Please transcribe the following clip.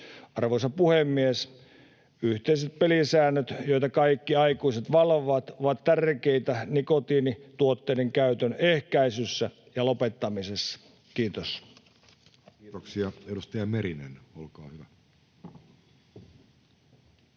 Arvoisa puhemies! Yhteiset pelisäännöt, joita kaikki aikuiset valvovat, ovat tärkeitä nikotiinituotteiden käytön ehkäisyssä ja lopettamisessa. — Kiitos. Kiitoksia. — Edustaja Merinen, olkaa hyvä.